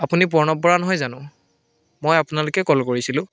আপুনি প্ৰণৱ বৰা নহয় জানো মই আপোনালৈকে কল কৰিছিলোঁ